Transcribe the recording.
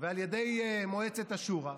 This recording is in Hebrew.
ועל ידי מועצת השורא.